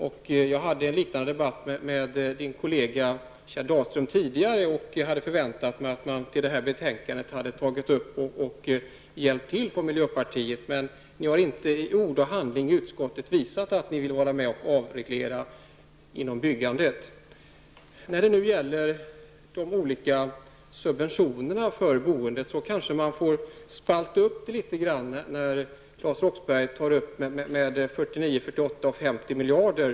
Jag förde tidigare en liknande debatt med Claes Roxberghs kollega Kjell Dahlström, och jag hade förväntat mig att miljöpartiet när detta betänkande skulle behandlas skulle hjälpa till i detta sammanhang. Men ni i miljöpartiet har inte i ord och handling i utskottet visat att ni vill vara med och avreglera byggandet. När det gäller de olika subventionerna för boendet kanske man får spalta upp det litet grand. Claes Roxbergh talade om 49, 48 och 50 miljarder.